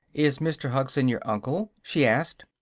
is mr. hugson your uncle? she asked.